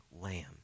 lamb